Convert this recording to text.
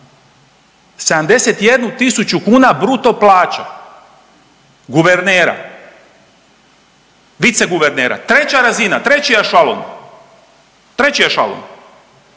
71 tisuću kuna bruto plaće guvernera, viceguvernera, treća razina, treća .../Govornik se ne